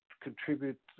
contribute